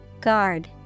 Guard